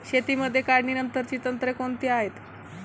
शेतीमध्ये काढणीनंतरची तंत्रे कोणती आहेत?